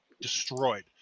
destroyed